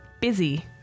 busy